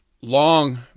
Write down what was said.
long